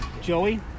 Joey